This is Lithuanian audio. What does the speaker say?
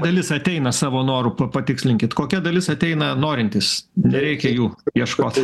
dalis ateina savo noru pa patikslinkit kokia dalis ateina norintys nereikia jų ieškot